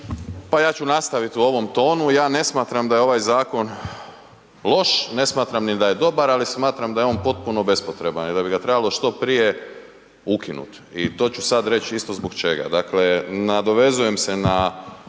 Pa ja ću nastaviti u ovom tonu, ja ne smatram da je ovaj zakon loš, ne smatram ni da je dobar ali smatram da je on potpuno bespotreban i da bi ga trebalo što prije ukinut i to ću sad reć isto zbog čega. Dakle, nadovezujem se na